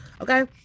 Okay